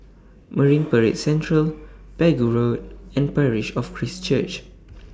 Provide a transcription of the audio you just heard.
Marine Parade Central Pegu Road and Parish of Christ Church